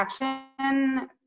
action